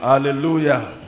Hallelujah